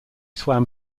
swam